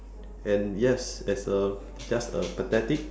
and yes as a just a pathetic